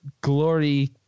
glory